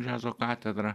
džiazo katedra